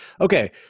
Okay